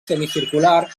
semicircular